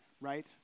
right